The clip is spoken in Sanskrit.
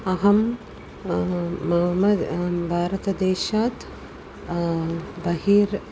अहं मम भारतदेशात् बहिः